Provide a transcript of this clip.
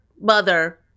mother